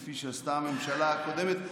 מכפי שעשתה הממשלה הקודמת.